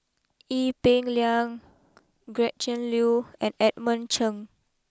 Ee Peng Liang Gretchen Liu and Edmund Cheng